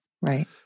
Right